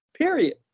Period